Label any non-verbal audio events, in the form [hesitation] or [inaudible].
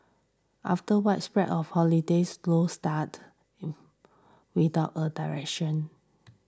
after widespread holidays slow start [hesitation] without a direction